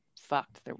fucked